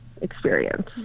experience